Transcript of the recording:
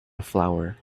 flower